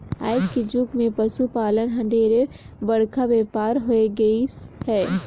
आज के जुग मे पसु पालन हर ढेरे बड़का बेपार हो होय गईस हे